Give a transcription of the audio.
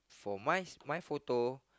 for mine my photo